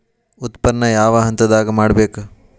ಉತ್ಪನ್ನ ಯಾವ ಹಂತದಾಗ ಮಾಡ್ಬೇಕ್?